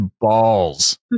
balls